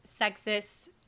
sexist